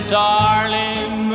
darling